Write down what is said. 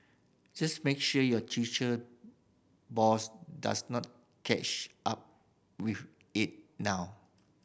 just make sure your teacher boss does not catch up with it now